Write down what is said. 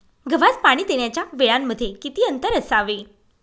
गव्हास पाणी देण्याच्या वेळांमध्ये किती अंतर असावे?